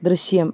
ദൃശ്യം